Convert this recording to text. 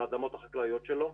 על האדמות החקלאיות שלו.